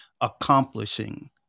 accomplishing